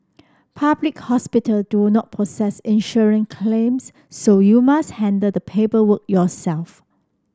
public hospital do not process claims so you must handle the paperwork yourself